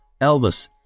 Elvis